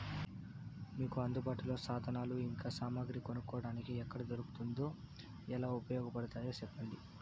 మీకు అందుబాటులో సాధనాలు ఇంకా సామగ్రి కొనుక్కోటానికి ఎక్కడ దొరుకుతుందో ఎలా ఉపయోగపడుతాయో సెప్పండి?